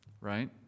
right